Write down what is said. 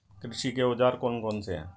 कृषि के औजार कौन कौन से हैं?